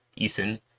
Eason